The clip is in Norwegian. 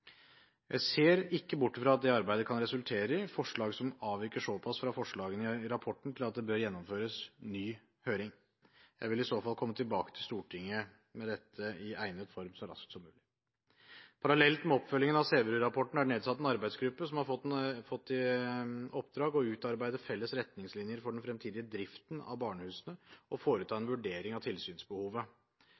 Jeg ser ikke bort fra at det arbeidet kan resultere i forslag som avviker såpass fra forslagene i rapporten at det bør gjennomføres ny høring. Jeg vil i så fall komme tilbake til Stortinget med dette i egnet form så raskt som mulig. Parallelt med oppfølgingen av Sæverud-rapporten er det nedsatt en arbeidsgruppe som har fått i oppdrag å utarbeide felles retningslinjer for den fremtidige driften av barnehusene og foreta en vurdering av tilsynsbehovet.